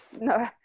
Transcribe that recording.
No